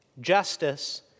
justice